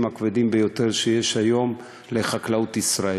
הכבדים ביותר שיש היום לחקלאות ישראל,